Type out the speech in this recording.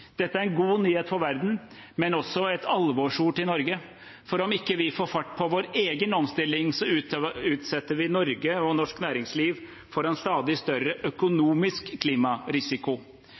Dette er en god nyhet for verden, men også et alvorsord til Norge, for om ikke vi får fart på vår egen omstilling, utsetter vi Norge og norsk næringsliv for en stadig større økonomisk klimarisiko.